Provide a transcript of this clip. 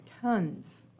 tons